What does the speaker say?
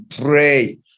pray